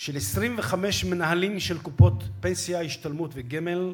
של 25 מנהלים של קופות פנסיה, השתלמות וגמל,